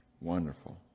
Wonderful